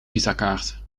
visakaart